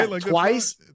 Twice